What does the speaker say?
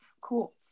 Cool